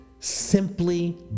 simply